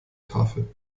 tafel